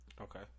Okay